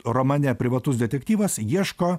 romane privatus detektyvas ieško